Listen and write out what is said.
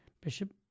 Bishop